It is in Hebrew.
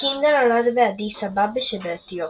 קינדה נולד באדיס אבבה שבאתיופיה.